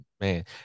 Man